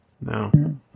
No